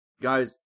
Guys